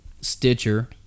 Stitcher